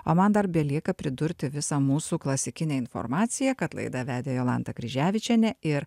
o man dar belieka pridurti visą mūsų klasikinę informaciją kad laidą vedė jolanta kryževičienė ir